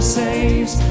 saves